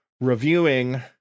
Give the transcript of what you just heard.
reviewing